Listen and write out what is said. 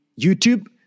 YouTube